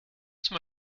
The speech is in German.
zum